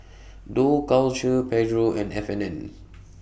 Dough Culture Pedro and F and N